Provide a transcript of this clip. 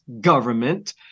government